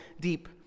deep